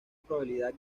probabilidad